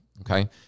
Okay